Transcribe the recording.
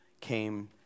came